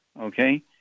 Okay